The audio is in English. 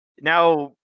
now